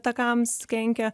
takams kenkia